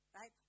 Right